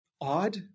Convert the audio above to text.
odd